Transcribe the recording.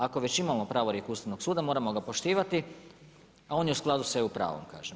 Ako već imamo pravorijek Ustavnog suda moramo ga poštivati, a on je u skladu sa EU pravom, kažem.